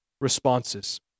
responses